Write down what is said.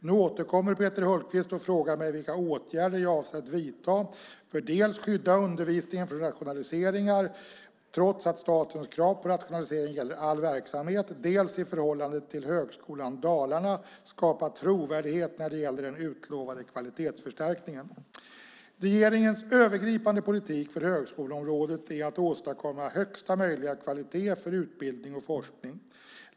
Nu återkommer Peter Hultqvist och frågar mig vilka åtgärder jag avser att vidta för att dels skydda undervisningen från rationaliseringar trots att statens krav på rationalisering gäller all verksamhet, dels i förhållande till Högskolan Dalarna skapa trovärdighet när det gäller den utlovade kvalitetsförstärkningen. Regeringens övergripande politik för högskoleområdet är att åstadkomma högsta möjliga kvalitet för utbildning och forskning.